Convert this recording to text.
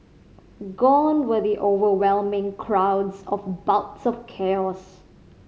gone were the overwhelming crowds of bouts of chaos